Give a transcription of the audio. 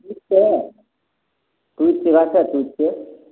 तुत छै गाछ छै तुतके